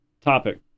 topic